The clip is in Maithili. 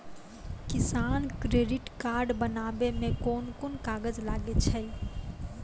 किसान क्रेडिट कार्ड बनाबै मे कोन कोन कागज लागै छै?